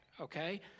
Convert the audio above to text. okay